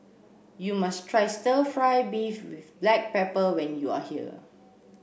you must try stir fry beef with black pepper when you are here